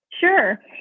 Sure